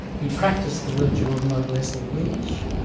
he practiced the virtue of noblesse ah oblige,